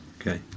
Okay